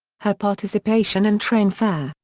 her participation and train fare,